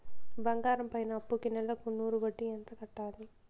బంగారం పైన అప్పుకి నెలకు నూరు వడ్డీ ఎంత కట్టాలి?